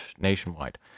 nationwide